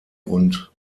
und